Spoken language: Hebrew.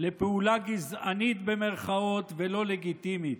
לפעולה "גזענית" ולא לגיטימית.